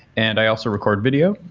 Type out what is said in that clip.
and i also record video.